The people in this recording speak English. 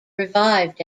revived